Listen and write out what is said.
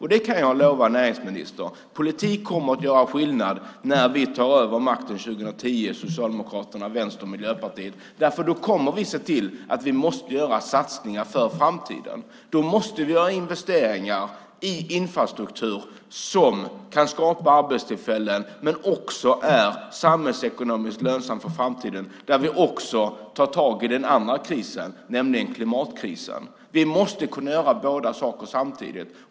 Jag kan lova näringsministern att politik kommer att göra skillnad år 2010 när Socialdemokraterna, Vänstern och Miljöpartiet tar över makten. Då kommer vi att se till att satsningar görs för framtiden. Då måste vi göra investeringar i infrastruktur som kan skapa arbetstillfällen och som också är samhällsekonomiskt lönsamma för framtiden - detta samtidigt som vi tar tag i den andra krisen, nämligen klimatkrisen. Vi måste kunna göra bådadera samtidigt.